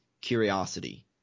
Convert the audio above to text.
curiosity